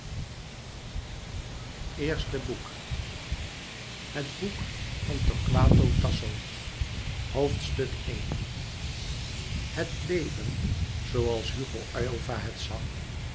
het boek van torquato tasso louis couperus metamorfoze louis couperus metamorfoze het leven zooals hugo aylva het zag